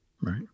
Right